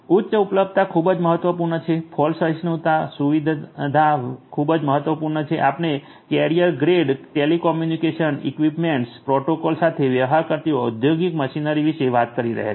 ઉચ્ચ ઉપલબ્ધતા ખૂબ જ મહત્વપૂર્ણ છે ફોલ્ટ સહિષ્ણુતા સુવિધા ખૂબ જ મહત્વપૂર્ણ છે આપણે carrier grade telecommunication equipments protocol સાથે વ્યવહાર કરતી ઔદ્યોગિક મશીનરી વિશે વાત કરી રહ્યા છીએ